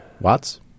Watts